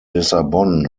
lissabon